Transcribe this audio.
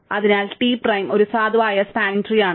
അതിനാൽ T prime ഒരു സാധുവായ സ്പാനിങ് ട്രീ ആണ്